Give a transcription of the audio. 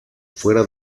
fuera